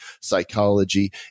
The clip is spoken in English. psychology